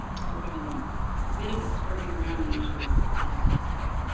sort of in ah a bit of a skirting around the issue of compensatory.